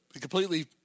completely